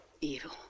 Evil